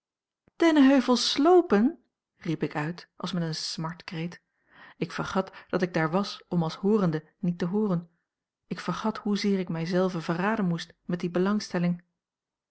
dennenheuvel sloopen riep ik uit als met een smartkreet ik vergat dat ik daar was om als hoorende niet te hooren ik vergat hoezeer ik mij zelve verraden moest met die belangstelling